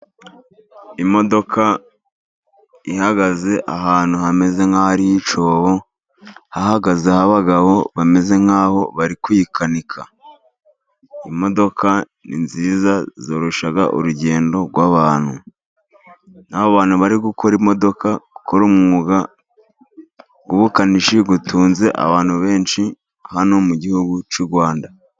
Imodoka ihagaze ahantu hameze nk'ahari icyobo, hahagaze abagabo bameze nk'aho bari kuyikanika. Imodoka ni nziza zoroshya urugendo rw'abantu. Nk'abo bantu bari gukora imodoka, bakora umwuga w'ubukanishi, utunze abantu benshi hano mu Gihugu cy'u Rwanda.